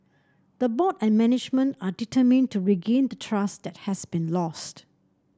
the board and management are determined to regain the trust that has been lost